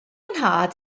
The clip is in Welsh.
nhad